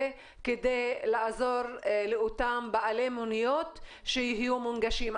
כדי לעזור לאותם בעלי מוניות שיהיו מונגשים.